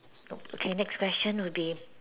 nope okay next question will be